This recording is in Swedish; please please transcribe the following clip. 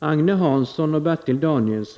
när frågan nu diskuteras i riksdagens bostadsutskott.